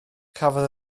cafodd